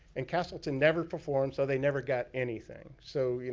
and castleton never performed. so, they never got anything. so,